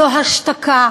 זו השתקה.